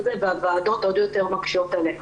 הן --- בוועדות עוד יותר מקשות עליהן.